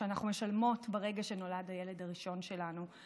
שאנחנו משלמות ברגע שנולד הילד הראשון שלנו.